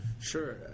Sure